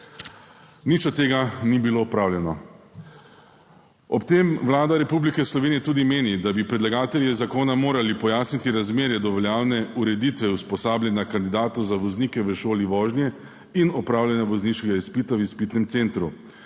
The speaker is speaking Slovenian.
Nič od tega ni bilo opravljeno. Ob tem Vlada Republike Slovenije tudi meni, da bi predlagatelji zakona morali pojasniti razmerje do veljavne ureditve usposabljanja kandidatov za voznike v šoli vožnje in opravljanja vozniškega izpita v izpitnem centru,